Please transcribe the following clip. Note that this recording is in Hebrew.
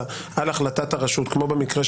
אם בעתיד תחליט הכנסת לכלול בחקיקה נבחרי